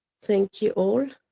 thank you all.